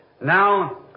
Now